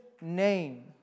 name